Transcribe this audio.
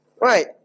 Right